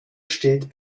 steht